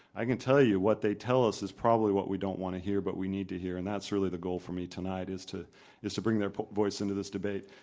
i can tell you, what they tell us is probably what we don't want to hear but we need to hear, and that's really the goal for me tonight, is to is to bring their voice into this debate.